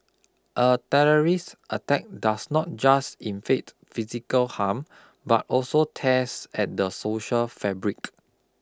a terrorist attack does not just inflict physical harm but also tears at the social fabric